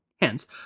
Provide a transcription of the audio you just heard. hence